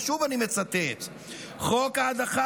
ושוב אני מצטט: "חוק ההדחה,